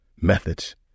methods